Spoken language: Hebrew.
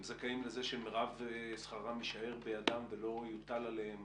הם זכאים לזה שמרב שכרם יישאר בידם ולא יוטל עליהם